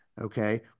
Okay